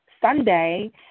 Sunday